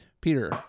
Peter